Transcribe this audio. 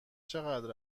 چقدر